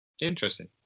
Interesting